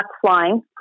flying